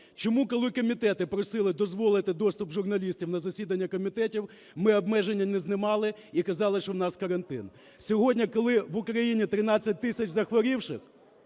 Чому коли комітети просили дозволити доступ журналістів на засідання комітетів, ми обмеження не знімали і казали, що в нас карантин? Сьогодні, коли в Україні 13 тисяч захворівших